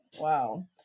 Wow